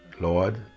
Lord